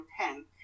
pen